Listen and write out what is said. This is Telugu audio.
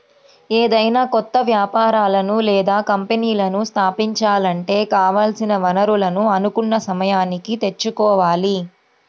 ఏదైనా కొత్త వ్యాపారాలను లేదా కంపెనీలను స్థాపించాలంటే కావాల్సిన వనరులను అనుకున్న సమయానికి తెచ్చుకోవాలి